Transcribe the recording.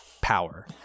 power